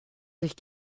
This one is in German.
sich